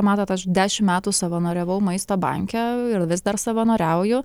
matot aš dešim metų savanoriavau maisto banke ir vis dar savanoriauju